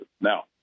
Now